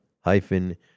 hyphen